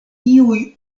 iuj